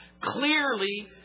Clearly